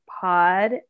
pod